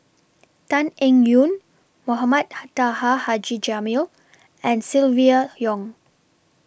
Tan Eng Yoon Mohamed Taha Haji Jamil and Silvia Yong